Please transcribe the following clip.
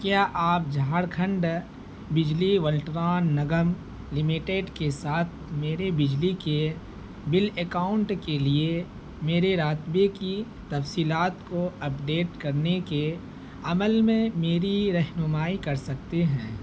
کیا آپ جھارکھنڈ بجلی ولٹران نگم لمیٹڈ کے ساتھ میرے بجلی کے بل اکاؤنٹ کے لیے میرے رابطے کی تفصیلات کو اپڈیٹ کرنے کے عمل میں میری رہنمائی کر سکتے ہیں